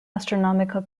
astronomical